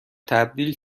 تبدیل